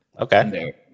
Okay